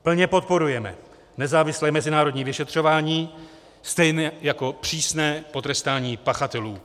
Plně podporujeme nezávislé mezinárodní vyšetřování stejně jako přísné potrestání pachatelů.